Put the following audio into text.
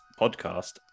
podcast